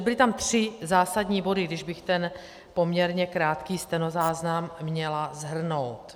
Byly tam tři zásadní body, když bych ten poměrně krátký stenozáznam měla shrnout.